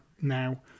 now